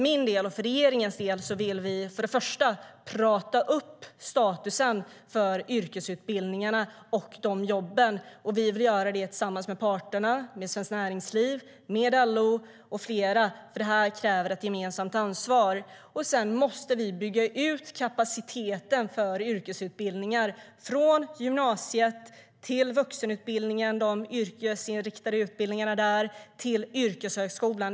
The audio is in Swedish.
Jag och regeringen vill för det första prata upp statusen för yrkesutbildningarna och de jobben. Vi vill göra det tillsammans med parterna, Svenskt Näringsliv, LO och flera, för det kräver ett gemensamt ansvar. Sedan måste vi bygga ut kapaciteten för yrkesutbildningar från gymnasiet till vuxenutbildningen och yrkeshögskolan.